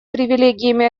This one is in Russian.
привилегиями